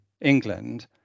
England